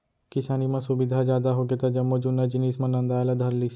किसानी म सुबिधा जादा होगे त जम्मो जुन्ना जिनिस मन नंदाय ला धर लिस